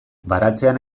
baratzean